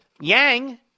Yang